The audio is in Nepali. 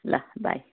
ल बाई